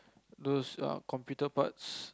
those err computer parts